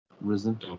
Risen